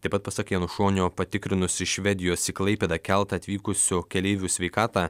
taip pat pasak janušonio patikrinus iš švedijos į klaipėdą keltą atvykusių keleivių sveikatą